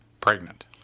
pregnant